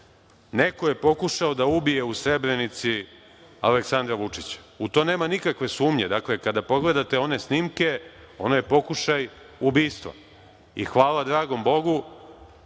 neko je pokušao da ubije u Srebrenici Aleksandra Vučića. U to nema nikakve sumnje. Dakle, kada pogledate one snimke, ono je pokušaj ubistva i hvala dragom Bogu